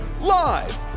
live